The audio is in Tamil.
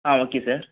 ah okay sir